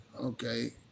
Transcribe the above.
okay